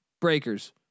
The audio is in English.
breakers